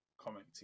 comment